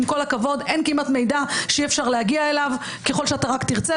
עם כל הכבוד אין כמעט מידע שאי אפשר להגיע אליו ככל שאתה רק תרצה,